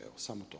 Evo samo to.